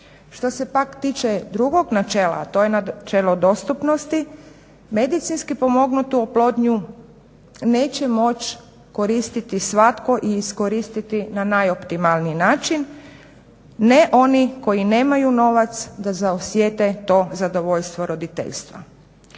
Što se pak tiče drugog načela, a to je načelo dostupnosti medicinski pomognutu oplodnju neće moći koristiti svatko i iskoristiti na najoptimalniji način, ne oni koji nemaju novac da osjete to zadovoljstvo roditeljstva.